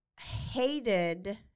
hated